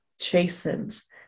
chastens